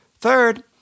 Third